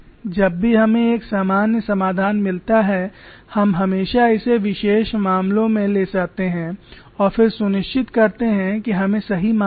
जब भी हमें एक सामान्य समाधान मिलता है हम हमेशा इसे विशेष मामलों में ले जाते हैं और फिर सुनिश्चित करते हैं कि हमें सही मान मिले